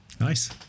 nice